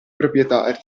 proprietari